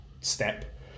step